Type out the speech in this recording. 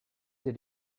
did